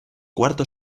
cuarto